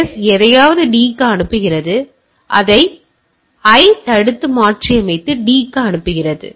S எதையாவது D க்கு அனுப்புகிறது அதை I தடுத்து மாற்றியமைத்து D க்கு அனுப்புகிறது